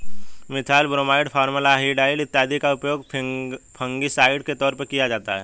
methyl bromide, formaldehyde इत्यादि का उपयोग फंगिसाइड के तौर पर किया जाता है